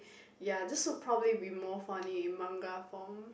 ya this will probably be more funny in manga form